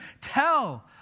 tell